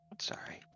Sorry